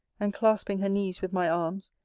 and clasping her knees with my arms,